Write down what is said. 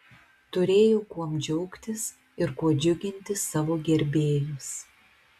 turėjau kuom džiaugtis ir kuo džiuginti savo gerbėjus